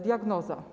Diagnoza.